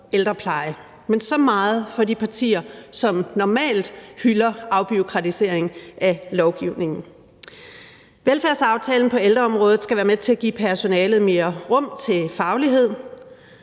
ældrepleje, men så meget for de partier, som normalt hylder afbureaukratisering af lovgivningen. Velfærdsaftalen på ældreområdet skal være med til at give personalet mere rum til faglighed,